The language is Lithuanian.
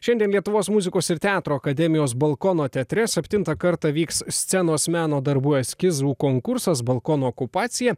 šiandien lietuvos muzikos ir teatro akademijos balkono teatre septintą kartą vyks scenos meno darbų eskizų konkursas balkono okupacija